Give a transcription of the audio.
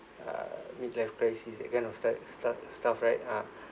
uh midlife crisis that kind of stu~ stuff stuff right ah